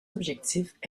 objectifs